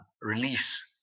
release